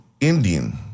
Indian